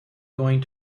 going